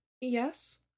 Yes